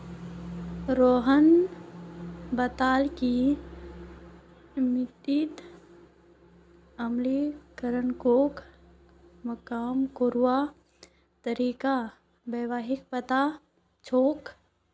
रोहन बताले कि मिट्टीत अम्लीकरणक कम करवार तरीका व्हाक पता छअ